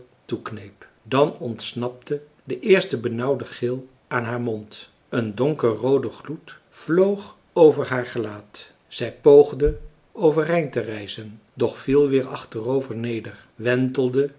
toekneep dan ontsnapte de eerste benauwde gil aan haar mond een marcellus emants een drietal novellen donkerroode gloed vloog over haar gelaat zij poogde overeind te rijzen doch viel weer achterover neder wentelde